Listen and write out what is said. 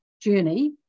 journey